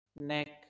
neck